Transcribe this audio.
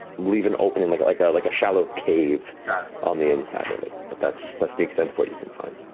leave an opening like like yeah like a shallow cave on the inside of it, but that's that's the extent of what you can find.